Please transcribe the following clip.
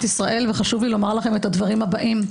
ישראל ואני אומרת לכם את הדברים הבאים.